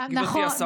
גברתי השרה.